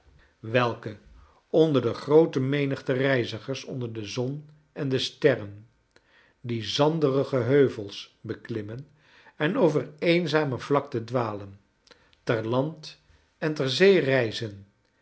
welke onder de groote menigte reizigers onder de zon en de sterren die zander ige heuvels beklimmen en over eenzame vlakten dwalen ter land en ter zee reizen